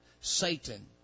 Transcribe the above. Satan